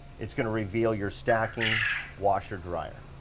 it's going to reveal your stacking washer dryer.